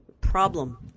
problem